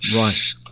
Right